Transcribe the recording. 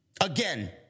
Again